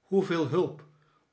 hoeveel hulp